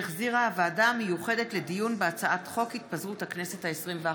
שהחזירה הוועדה המיוחדת לדיון בהצעת חוק התפזרות הכנסת העשרים-ואחת.